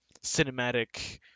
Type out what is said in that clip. cinematic